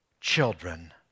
children